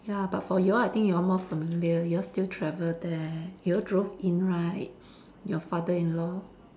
ya but for you all I think you all more familiar you all still travel there you all drove in right your father-in-law